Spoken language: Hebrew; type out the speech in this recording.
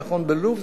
נכון בלוב,